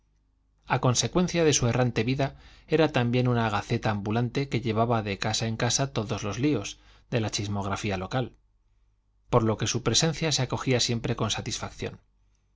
a consecuencia de su errante vida era también una gaceta ambulante que llevaba de casa en casa todos los líos de la chismografía local por lo que su presencia se acogía siempre con satisfacción